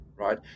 right